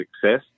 success